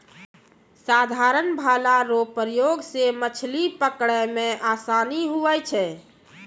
साधारण भाला रो प्रयोग से मछली पकड़ै मे आसानी हुवै छै